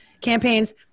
campaigns